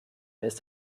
ist